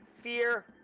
fear